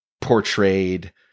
portrayed